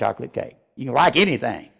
chocolate cake you write anything